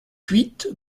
huit